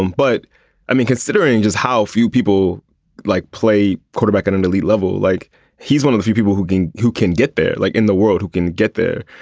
um but i mean, considering just how few people like play quarterback at an elite level, like he's one of the few people who can who can get there like in the world, who can get there.